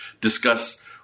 discuss